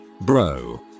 bro